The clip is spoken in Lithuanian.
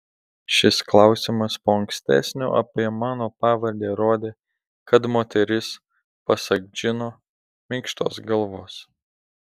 šis klausimas po ankstesnio apie mano pavardę rodė kad moteris pasak džino minkštos galvos